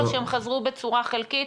או שהם חזרו בצורה חלקית.